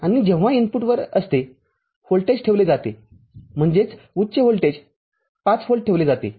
आणि जेव्हा इनपुटवरअसतेव्होल्टेज ठेवले जातेम्हणजेच उच्च व्होल्टेज ५ व्होल्ट ठेवले जाते